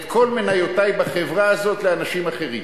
את כל מניותי בחברה הזאת לאנשים אחרים,